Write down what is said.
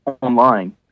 online